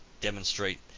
demonstrate